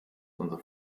unsere